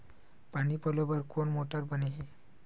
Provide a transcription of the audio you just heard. पानी पलोय बर कोन मोटर बने हे?